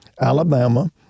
Alabama